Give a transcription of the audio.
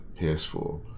PS4